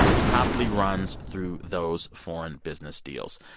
it probably runs through those foreign business deals.